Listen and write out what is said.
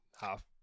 half